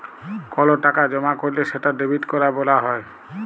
call টাকা জমা ক্যরলে সেটা ডেবিট ক্যরা ব্যলা হ্যয়